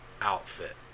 outfit